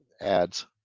ads